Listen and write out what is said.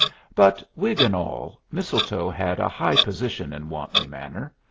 but, wig and all, mistletoe had a high position in wantley manor.